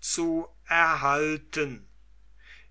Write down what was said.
zu erhalten